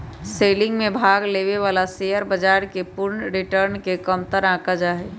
selling में भाग लेवे वाला शेयर बाजार के पूर्ण रिटर्न के कमतर आंका जा हई